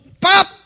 pop